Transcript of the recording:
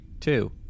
two